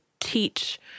teach